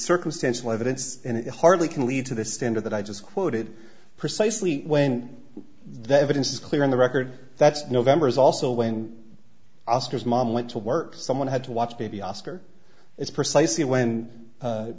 circumstantial evidence and it hardly can lead to the standard that i just quoted precisely when the evidence is clear on the record that's november is also when oscar's mom went to work someone had to watch baby oscar it's precisely when